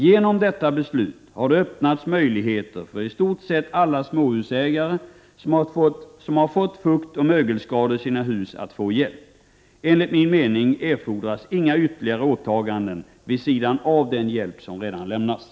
Genom detta beslut har det öppnats möjligheter för i stort sett alla småhusägare som har fått fuktoch mögelskador i sina hus att få hjälp. Enligt min mening erfordras inga ytterligare åtaganden vid sidan av den hjälp som redan lämnas.